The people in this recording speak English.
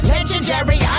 Legendary